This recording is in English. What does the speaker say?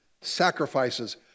sacrifices